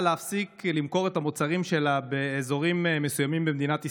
להפסיק למכור את המוצרים שלה באזורים מסוימים במדינת ישראל.